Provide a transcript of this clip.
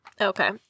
okay